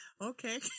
okay